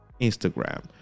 instagram